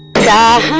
da